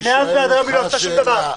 מאז ועד היום היא לא עשתה שום דבר.